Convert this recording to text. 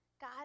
God